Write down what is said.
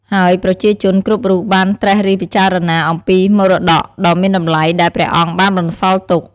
ហើយប្រជាជនគ្រប់រូបបានត្រិះរិះពិចារណាអំពីមរតកដ៏មានតម្លៃដែលព្រះអង្គបានបន្សល់ទុក។